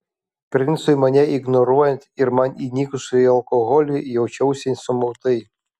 princui mane ignoruojant ir man įnikus į alkoholį jaučiausi sumautai